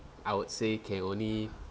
I would say can only